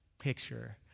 picture